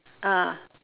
ah